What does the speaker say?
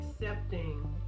accepting